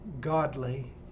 godly